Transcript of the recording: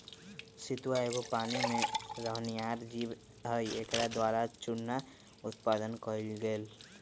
सितुआ एगो पानी में रहनिहार जीव हइ एकरा द्वारा चुन्ना उत्पादन कएल गेल